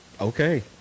Okay